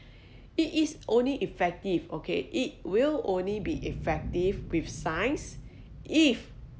it is only effective okay it will only be effective with science if